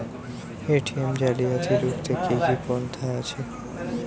ATM জালিয়াতি রুখতে কি কি পন্থা আছে?